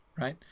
Right